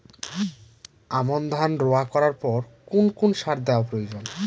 আমন ধান রোয়া করার পর কোন কোন সার দেওয়া প্রয়োজন?